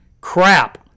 Crap